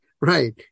Right